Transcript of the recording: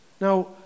Now